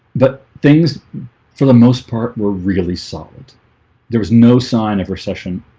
the things for the most part were really solid there was no sign of recession,